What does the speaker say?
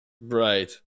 Right